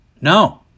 No